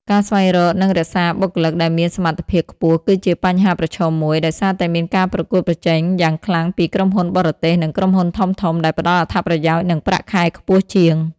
ការស្វែងរក និងរក្សាបុគ្គលិកដែលមានសមត្ថភាពខ្ពស់គឺជាបញ្ហាប្រឈមមួយ ដោយសារតែមានការប្រកួតប្រជែងយ៉ាងខ្លាំងពីក្រុមហ៊ុនបរទេស និងក្រុមហ៊ុនធំៗ ដែលផ្តល់អត្ថប្រយោជន៍ និងប្រាក់ខែខ្ពស់ជាង។